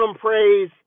praise